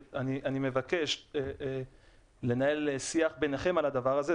אני מבקש לנהל שיח ביניהם על הדבר הזה.